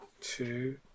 two